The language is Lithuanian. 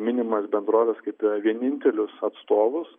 minimas bendroves kaip vienintelius atstovus